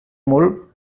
molt